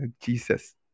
Jesus